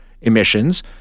emissions